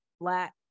Black